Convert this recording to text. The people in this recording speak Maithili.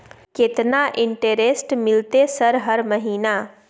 केतना इंटेरेस्ट मिलते सर हर महीना?